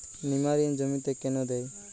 নিমারিন জমিতে কেন দেয়?